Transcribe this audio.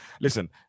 listen